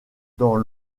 dents